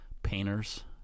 painters